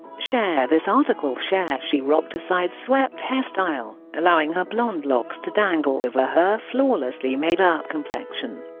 share this article share she rocked a side-swept hairstyle, allowing her blonde locks to dangle over her flawlessly made up complexion